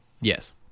Yes